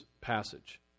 passage